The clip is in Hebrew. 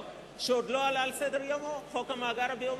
שעוד לא עלה על סדר-היום: חוק המאגר הביומטרי.